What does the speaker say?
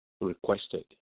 requested